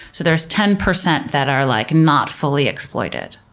so there's ten percent that are like not fully exploited.